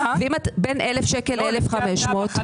בין 1,000 ל-1,500 שקלים.